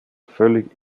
völlig